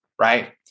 right